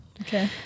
okay